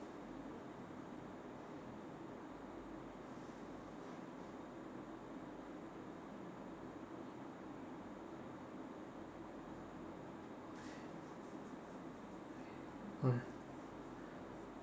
okay